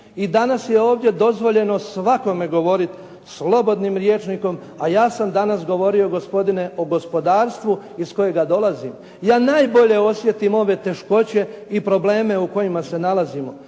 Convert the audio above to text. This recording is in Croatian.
i danas je ovdje dozvoljeno svakome govoriti slobodnim rječnikom a ja sam danas govorio gospodine o gospodarstvu iz kojega dolazim. Ja najbolje osjetim ove teškoće i probleme u kojima se nalazimo.